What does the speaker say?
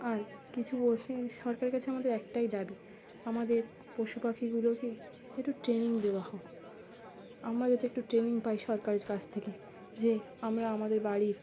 আর কিছু সরকারের কাছে আমাদের একটাই দাবি আমাদের পশু পাখিগুলোকে একটু ট্রেনিং দেওয়া হোক আমরা যাতে একটু ট্রেনিং পাই সরকারের কাছ থেকে যে আমরা আমাদের বাড়ির